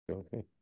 Okay